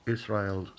Israel